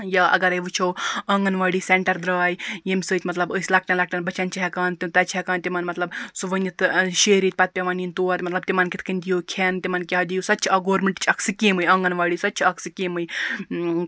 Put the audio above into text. یا اَگَر وٕچھو آنٛگَن واڑی سیٚنٹَر دراے ییٚمہِ سۭتۍ مَطلَب أسۍ لۄکٹٮ۪ن لۄکٹٮ۪ن بَچَن چھِ ہیٚکان تَتہٕ چھِ ہیٚکان تمن مَطلَب سُہ ؤنِتھ شیٚیہِ ریٚتۍ پَتہٕ پیٚوان نِن تور مَطلَب تِمَن کِتھکنۍ دِیِو کھیٚن تِمَن کیا دِیِو سۄ تہِ چھِ اکھ گورمنٹچ اکھ سکیٖمے آنٛگَن واڑی سۄ تہِ چھِ اکھ سکیٖمے